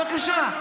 בבקשה.